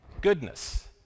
Goodness